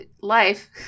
life